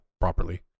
properly